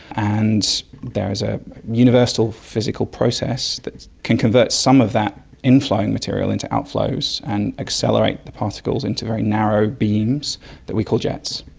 and there is a universal physical process that can convert some of that inflowing material into outflows and accelerate the particles into very narrow beams that we call jets.